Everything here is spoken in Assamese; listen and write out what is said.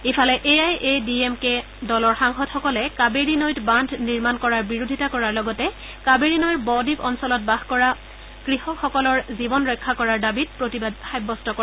ইফালে A I A D M K দলৰ সাংসদসকলে কাবেৰী নৈত বান্ধ নিৰ্মাণ কৰাৰ বিৰোধিতা কৰাৰ লগতে কাবেৰী নৈৰ বদ্বীপ অঞ্চলত বাস কৰা কৃষকসকলৰ জীৱন ৰক্ষা কৰাৰ দাবীত প্ৰতিবাদ সাব্যস্ত কৰে